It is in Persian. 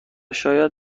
شاید